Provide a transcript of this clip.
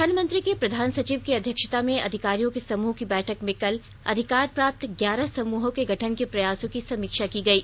प्रधानमंत्री के प्रधान सचिव की अध्यक्षता में अधिकारियों के समूह की बैठक में कल अधिकार प्राप्त ग्यारह समुहों के गठन के प्रयासों की समीक्षा की गई